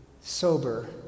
sober